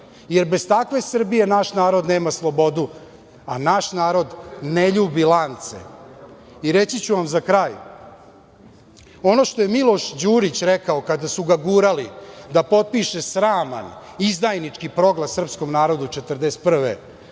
jer bez takve Srbije naš narod nema slobodu, a naš narod ne ljubi lance. Reći ću vam za kraj, ono što je Miloš Đurić rekao kad su ga gurali da potpiše sraman, izdajnički proglas srpskom narodu 1941.